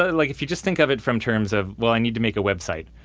ah like if you just think of it from terms of, well i need to make a website,